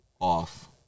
off